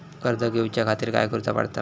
कर्ज घेऊच्या खातीर काय करुचा पडतला?